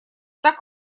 так